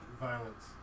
Violence